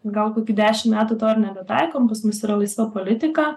gal kokių dešim metų to ir nebetaikom pas mus yra laisva politika